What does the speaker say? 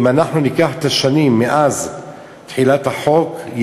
אם אנחנו ניקח את השנים מאז תחילת החוק,